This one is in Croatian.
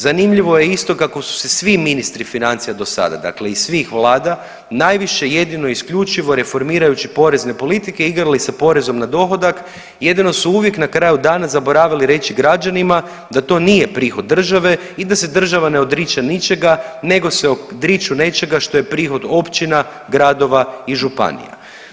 Zanimljivo je isto, kako su se svi ministri financija do sada, dakle iz svih vlada, najviše i jedino i isključivo reformirajući porezne politike igrali sa porezom na dohodak, jedino su uvijek na kraju dana zaboravili reći građanima da to nije prihod države i da se država ne odriču nečega što je prihod općina, gradova i županija.